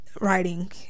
writing